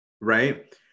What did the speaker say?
Right